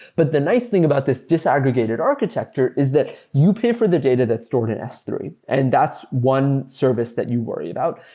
but the nice thing about this disaggregated architecture is that you pay for the data that's stored in s three, and that's one service that you worry about.